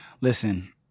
Listen